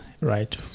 right